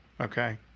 Okay